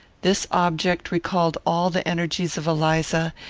this object recalled all the energies of eliza,